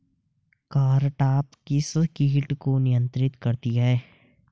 Cartap किस किट को नियंत्रित करती है?